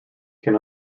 can